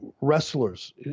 wrestlers